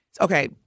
Okay